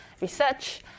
research